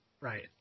right